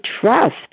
trust